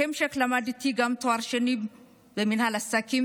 בהמשך למדתי גם תואר שני במינהל עסקים